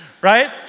Right